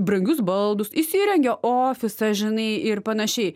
brangius baldus įsirengę ofisą žinai ir panašiai